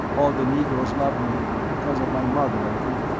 all the negroes loved me, because of my mother, i think,